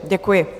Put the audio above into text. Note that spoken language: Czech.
Děkuji.